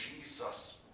Jesus